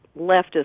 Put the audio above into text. leftist